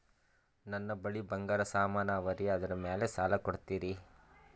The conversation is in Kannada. ನನ್ನ ಬಳಿ ಬಂಗಾರ ಸಾಮಾನ ಅವರಿ ಅದರ ಮ್ಯಾಲ ಸಾಲ ಕೊಡ್ತೀರಿ?